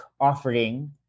offering